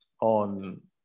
on